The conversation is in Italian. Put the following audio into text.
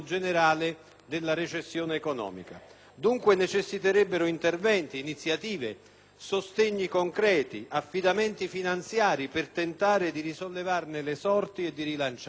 necessiterebbero interventi, iniziative, sostegni concreti, affidamenti finanziari per tentare di risollevarne le sorti e rilanciarla. Quale migliore occasione